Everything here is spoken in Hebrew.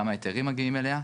כמה היתרים מגיעים אליה.